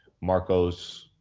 Marcos